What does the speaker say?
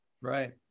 Right